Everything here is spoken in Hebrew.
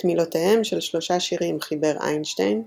את מילותיהם של שלושה שירים חיבר איינשטיין,